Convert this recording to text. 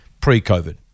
pre-COVID